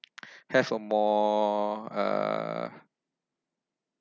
have a more uh